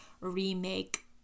remake